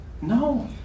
No